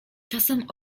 czasem